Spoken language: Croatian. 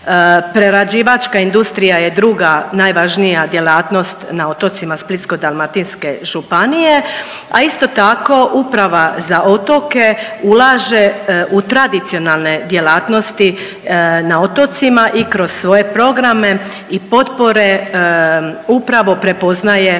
prerađivačka industrija je druga najvažnija djelatnost na otocima Splitsko-dalmatinske županije, a isto tako Uprava za otoke ulaže u tradicionalne djelatnosti na otocima i kroz svoje programe i potpore upravo prepoznaje